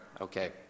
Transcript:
okay